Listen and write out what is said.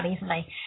easily